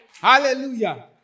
Hallelujah